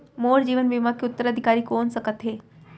मोर जीवन बीमा के उत्तराधिकारी कोन सकत हे?